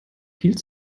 viel